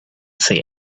say